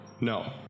No